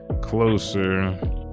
Closer